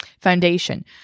foundation